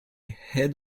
head